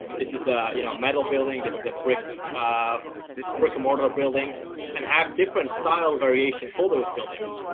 this is a you know metal building. this is a brick a brick and mortar building and have different style variations for those buildings.